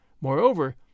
Moreover